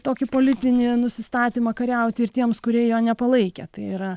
tokį politinį nusistatymą kariauti ir tiems kurie jo nepalaikė tai yra